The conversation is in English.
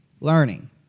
Learning